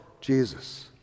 Jesus